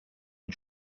une